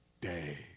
day